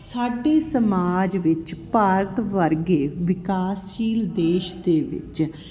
ਸਾਡੇ ਸਮਾਜ ਵਿੱਚ ਭਾਰਤ ਵਰਗੇ ਵਿਕਾਸਸ਼ੀਲ ਦੇਸ਼ ਦੇ ਵਿੱਚ